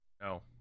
No